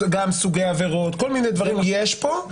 גם סוגי עבירות וכל מיני דברים שיש פה,